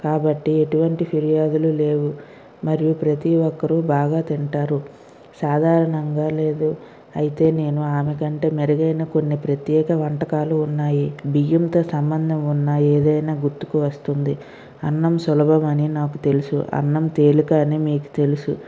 కాబట్టి ఎటువంటి పిర్యాదులు లేవు మరియు ప్రతి ఒక్కరు బాగా తింటారు సాధారణంగా లేదు అయితే నేను ఆమె కంటే మెరుగైన కొన్ని ప్రత్యేక వంటకాలు ఉన్నాయి బియ్యంతో సంబందం ఉన్న ఏదైనా గుర్తుకు వస్తుంది అన్నం సులభమని నాకు తెలుసు అన్నం తేలిక అని మీకు తెలుసు